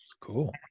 Cool